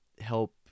help